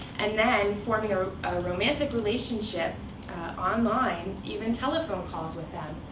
and then forming a romantic relationship online, even telephone calls with them,